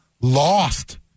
lost